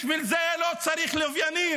בשביל זה לא צריך לוויינים.